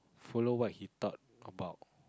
follow what he thought about